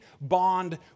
bond